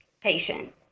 patient